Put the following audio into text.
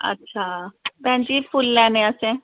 अच्छा भैन जी फुल्ल लैने असैं